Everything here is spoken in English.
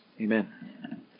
Amen